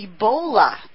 Ebola